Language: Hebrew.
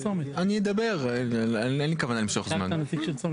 אין לי כוונה למשוך זמן,